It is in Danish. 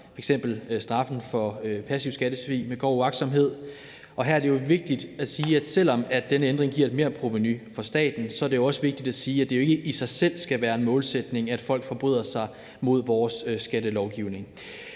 f.eks. straffen for passiv skattesvig med grov uagtsomhed. Her er det jo vigtigt at sige, at selv om denne ændring giver et merprovenu for staten, skal det ikke i sig selv være en målsætning, at folk forbryder sig mod vores skattelovgivning,